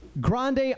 Grande